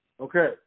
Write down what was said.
Okay